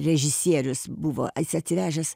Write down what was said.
režisierius buvo atsi atsivežęs